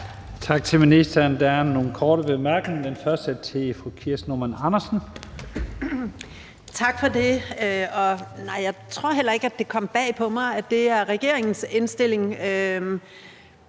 Tak for det. Jeg tror heller ikke, det kom bag på mig, at det er regeringens indstilling,